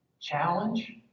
challenge